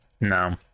No